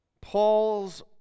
Paul's